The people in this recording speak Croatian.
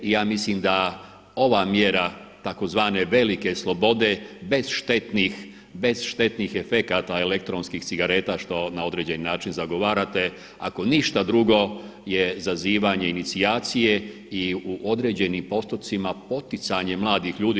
I ja mislim da ova mjera tzv. velike slobode bez štetnih efekata elektronskih cigareta što na određeni način zagovarate ako ništa drugo je zazivanje inicijacije i u određenim postotcima poticanje mladih ljudi.